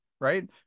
right